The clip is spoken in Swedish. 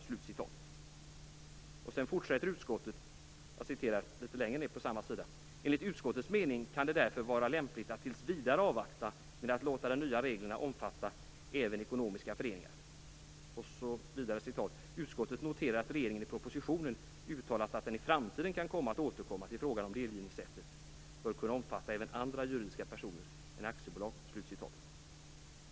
Sedan fortsätter utskottet litet längre ned på samma sida: "Enligt utskottets mening kan det därför vara lämpligt att tills vidare avvakta med att låta de nya reglerna omfatta även ekonomiska föreningar. Utskottet noterar att regeringen i propositionen uttalat att den i framtiden kan komma att återkomma till frågan om delgivningssättet bör kunna omfatta även andra juridiska personer än aktiebolag."